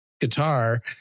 guitar